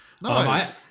nice